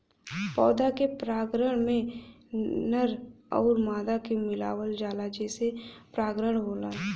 पौधा के परागण में नर आउर मादा के मिलावल जाला जेसे परागण होला